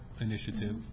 initiative